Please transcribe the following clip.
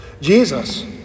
Jesus